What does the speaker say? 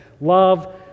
Love